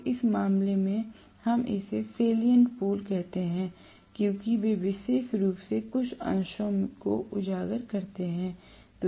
तो इस मामले में हम इसे सेल्यन्ट पोल कहते हैं क्योंकि वे विशेष रूप से कुछ अंशों को उजागर करते हैं